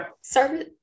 Service